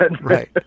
Right